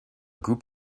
group